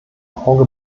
auge